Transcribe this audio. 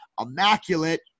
Immaculate